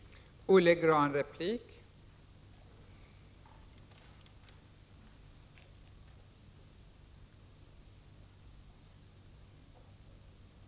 1 april 1987